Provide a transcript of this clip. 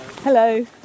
Hello